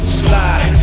slide